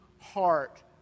heart